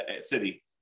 city